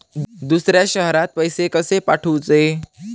दुसऱ्या शहरात पैसे कसे पाठवूचे?